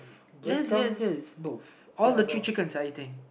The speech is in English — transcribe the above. yes yes yes both all the three chickens are eating